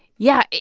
yeah.